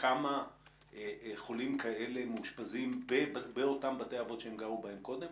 כמה חולים כאלה מאושפזים באותם בתי אבות שהם גרו בהם קודם?